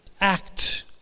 act